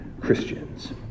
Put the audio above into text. Christians